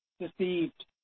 deceived